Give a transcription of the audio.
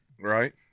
right